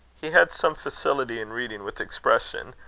he had some facility in reading with expression,